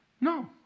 No